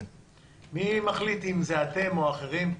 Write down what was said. מי מחליט אם זה אתם או אחרים?